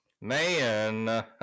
man